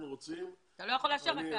אתה לא יכול לאשר,